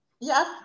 yes